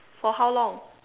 for how long